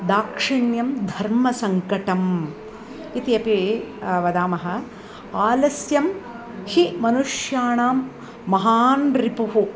दाक्षिण्यं धर्मसङ्कटम् इति अपि वदामः आलस्यं हि मनुष्याणां महान् रिपुः